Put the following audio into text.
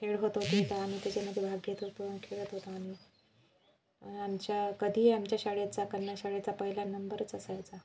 खेळ होत होते तर आम्ही त्याच्यामध्ये भाग घेत होतो खेळत होतो आम्ही आमच्या कधी आमच्या शाळेचा कन्या शाळेचा पहिला नंबरच असायचा